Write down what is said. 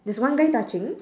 there's one guy touching